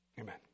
Amen